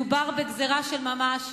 מדובר בגזירה של ממש,